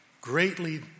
greatly